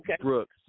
Brooks